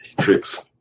tricks